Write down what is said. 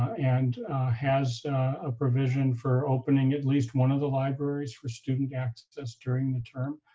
and has a provision for opening at least one of the libraries for student access during the term.